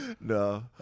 No